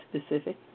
specific